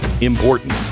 important